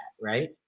right